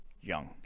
Young